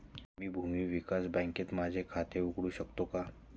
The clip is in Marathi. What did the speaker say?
मी भूमी विकास बँकेत माझे खाते उघडू शकतो का?